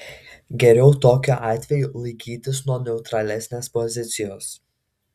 geriau tokiu atveju laikytis kuo neutralesnės pozicijos